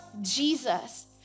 Jesus